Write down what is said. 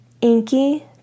inky